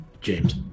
James